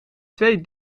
twee